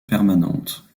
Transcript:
permanente